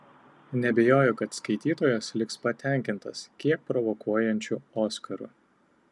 neabejoju kad skaitytojas liks patenkintas kiek provokuojančiu oskaru